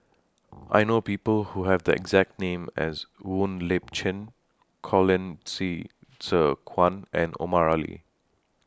I know People Who Have The exact name as Wong Lip Chin Colin Qi Zhe Quan and Omar Ali